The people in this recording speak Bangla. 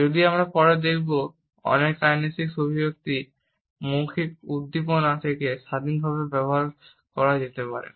যদিও আমরা পরে দেখব অনেক কাইনেসিক অভিব্যক্তি মৌখিক উদ্দীপনা থেকে স্বাধীনভাবে ব্যবহার করা যেতে পারে